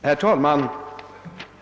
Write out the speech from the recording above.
Herr talman!